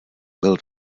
byl